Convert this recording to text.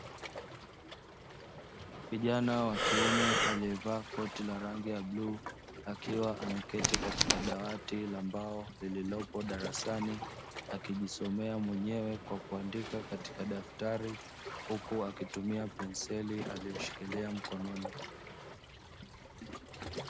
Kijana wa kiume aliyevaa koti la rangi ya bluu, akiwa ameketi katika dawati la mbao lililopo darasani, akijisomea mwenyewe kwa kuandika katika daftari, huku akitumia penseli aliyoshikiria mkononi.